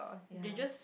ya